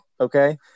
okay